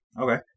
Okay